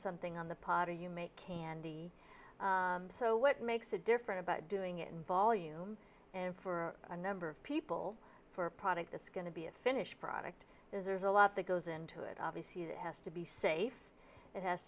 something on the potter you make candy so what makes it different about doing it in volume and for a number of people for a product that's going to be a finished product is there's a lot that goes into it obviously it has to be safe it has